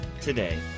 today